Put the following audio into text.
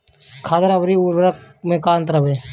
खादर अवरी उर्वरक मैं का अंतर हवे?